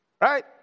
right